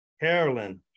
Carolyn